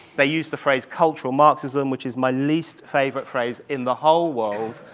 they use the phrase cultural marxism, which is my least favorite phrase in the whole world,